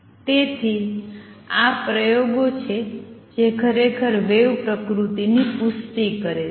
તેથી આ પ્રયોગો છે જે ખરેખર વેવ પ્રકૃતિની પુષ્ટિ કરે છે